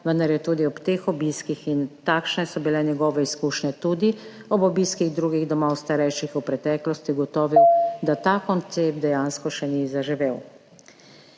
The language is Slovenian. vendar je tudi ob teh obiskih, in takšne so bile njegove izkušnje tudi ob obiskih drugih domov starejših v preteklosti, ugotovil, da ta koncept dejansko še ni zaživel.